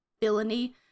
villainy